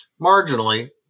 Marginally